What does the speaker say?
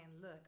look